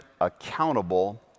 accountable